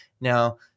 Now